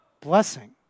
blessing